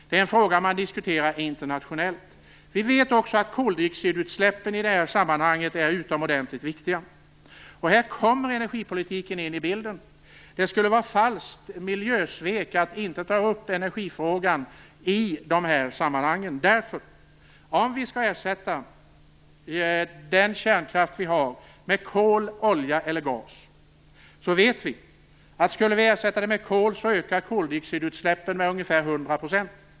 Det är en fråga man diskuterar internationellt. Vi vet också att koldioxidutsläppen i det här sammanhanget är utomordentligt viktiga. Här kommer energipolitiken in i bilden. Det skulle vara ett miljösvek att inte ta upp energifrågan i de här sammanhangen. Om vi skulle ersätta den kärnkraft vi har med kol skulle koldioxidutsläppen öka med ungefär 100 %.